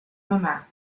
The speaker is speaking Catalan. mamà